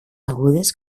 agudes